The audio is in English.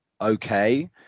okay